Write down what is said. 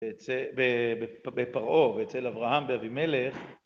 ‫בפרעה, ואצל אברהם ואבימלך.